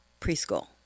preschool